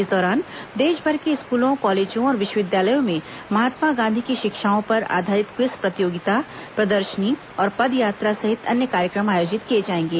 इस दौरान देशभर के स्कूलों कॉलेजों और विश्वविद्यालयों में महात्मा गांधी की शिक्षाओं पर आधारित क्विज प्रतियोगिता प्रदर्शनी और पदयात्रा सहित अन्य कार्यक्रम आयोजित किए जाएंगे